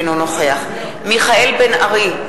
אינו נוכח מיכאל בן-ארי,